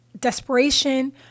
desperation